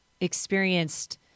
experienced